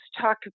talk